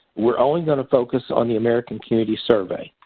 we're only going to focus on the american community survey.